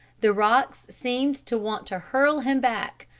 the rocks seemed to want to hurl him back,